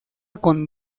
con